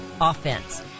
offense